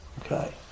Okay